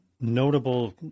notable